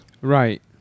Right